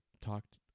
talked